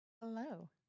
Hello